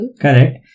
Correct